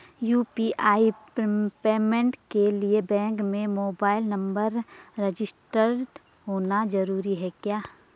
UPI payment के लिए bank में मोबाइल नंबर रजिस्टर्ड होना जरूरी है क्या?